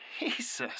Jesus